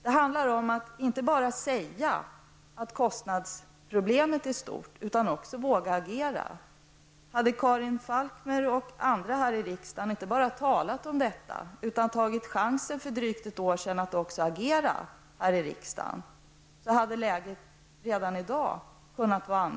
Det går inte att bara säga att kostnadsproblemet är stort. Man måste också våga agera. Om Karin Falkmer och andra här i riksdagen inte bara hade talat om dessa saker utan också, för drygt ett år sedan, hade tagit chansen och agerat här i riksdagen, kunde läget redan i dag ha varit ett annat.